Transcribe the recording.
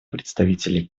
представителя